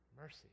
mercy